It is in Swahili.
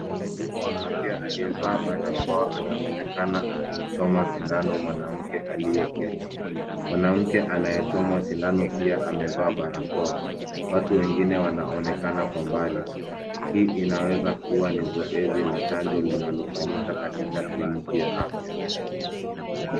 Mhudumu wa afya aliyevaa barakoa anaonekana akimchoma shindano mwanamke aliyeketi. Mwanamke anayechomwa sindano pia amevaa barakoa. Watu wengine wanaonekana kwa mbali. Hii inaweza kuwa ni zoezi la chanjo linalofanyika katika kliniki ya afya.